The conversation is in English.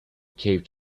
cape